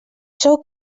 sou